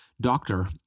doctor